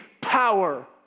power